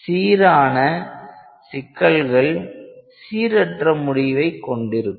சீரான சிக்கல்கள் சீரற்ற முடிவுகளை கொண்டிருக்கும்